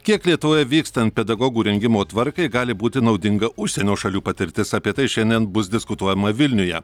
kiek lietuvoje vykstant pedagogų rengimo tvarkai gali būti naudinga užsienio šalių patirtis apie tai šiandien bus diskutuojama vilniuje